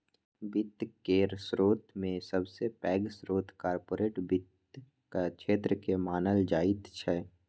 वित्त केर स्रोतमे सबसे पैघ स्रोत कार्पोरेट वित्तक क्षेत्रकेँ मानल जाइत छै